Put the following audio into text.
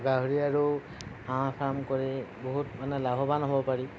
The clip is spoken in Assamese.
গাহৰি আৰু হাঁহ ফাৰ্ম কৰি বহুত মানে লাভৱান হ'ব পাৰি